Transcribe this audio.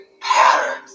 patterns